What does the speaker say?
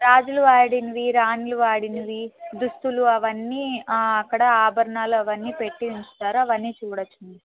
రాజులు వాడినవి రాణులు వాడినవి దుస్తులు అవన్నీ అక్కడ ఆభరణాలు అవన్నీ పెట్టి ఉంచుతారు అవన్నీ చూడవచ్చు మీరు